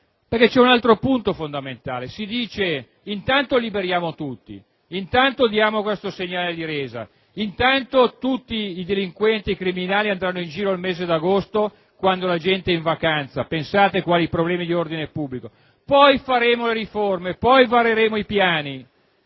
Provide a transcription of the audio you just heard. approfondire un'altra questione fondamentale. Si dice: intanto liberiamo tutti; intanto diamo questo segnale di resa; intanto tutti i delinquenti e i criminali andranno in giro nel mese di agosto, quando la gente è in vacanza (pensate quali problemi di ordine pubblico!); poi faremo le riforme, poi vareremo i piani.